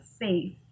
faith